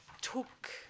took